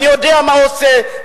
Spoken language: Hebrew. אני יודע מה הוא עושה,